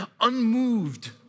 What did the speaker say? unmoved